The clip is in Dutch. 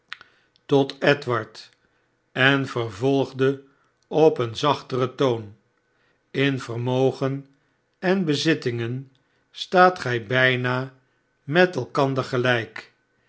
tot edward en vervolgde op een zachter toon a in vermogen en bezittingen staat gij bijna met elkander gelijk